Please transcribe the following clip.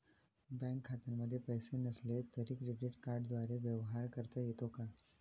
Bank खात्यामध्ये पैसे नसले तरी क्रेडिट कार्डद्वारे व्यवहार करता येतो का?